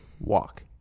walk